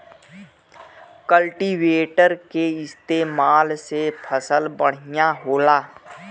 cultivator के इस्तेमाल से फसल बढ़िया होला